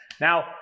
Now